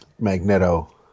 Magneto